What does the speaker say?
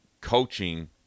coaching